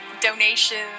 donations